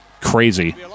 Crazy